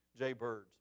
jaybirds